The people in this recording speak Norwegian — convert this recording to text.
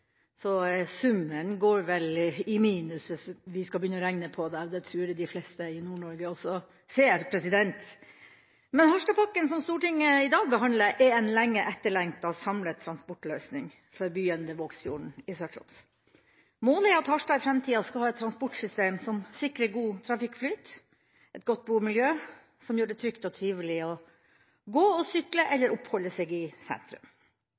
Så summen går vel i minus, hvis vi skal regne på det, og det tror jeg de fleste i Nord-Norge også ser. Harstadpakken som Stortinget i dag behandler, er en lenge etterlengtet samlet transportløsning for byen ved Vågsfjorden i Sør-Troms. Målet er at Harstad i framtida skal ha et transportsystem som sikrer god trafikkflyt, og et godt bomiljø som gjør det trygt og trivelig å gå, sykle eller oppholde seg i sentrum.